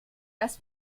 dass